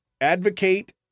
advocate